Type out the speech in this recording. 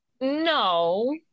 no